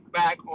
back